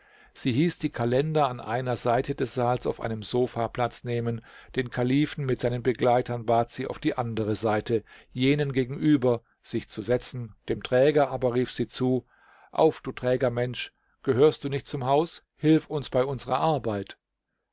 sie hieß die kalender an einer seite des saals auf einem sofa platz nehmen den kalifen mit seinen begleitern bat sie auf die andere seite jenen gegenüber sich zu setzen dem träger aber rief sie zu auf du träger mensch gehörst du nicht zum haus hilf uns bei unserer arbeit